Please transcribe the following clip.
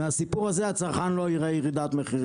מהסיפור הזה הצרכן לא יראה ירידת מחירים.